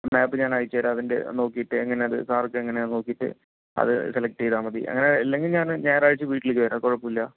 മാപ്പ് ഞാൻ അയച്ചു തരാം അതിൻ്റെ നോക്കിയിട്ടേ എങ്ങനെ അത് സാർക്ക് എങ്ങനെയാന്നു നോക്കിയിട്ട് അത് സെലക്ട് ചെയ്താൽ മതി അങ്ങനെ അല്ലെങ്കിൽ ഞാന് ഞായറാഴ്ച വീട്ടിലേക്ക് വരാം കുഴപ്പമില്ല